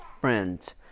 friends